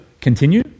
continue